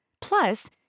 Plus